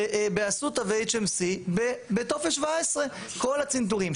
באסותא ו-HMC בטופס 17, כל הצנתורים.